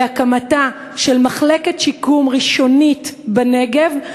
להקמת מחלקת שיקום ראשונית בנגב,